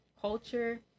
culture